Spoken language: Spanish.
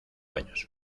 años